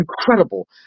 incredible